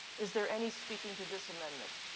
is there any speaking to this amendment?